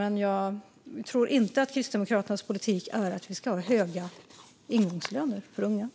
Men jag tror inte att de driver höga ingångslöner för unga.